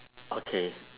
okay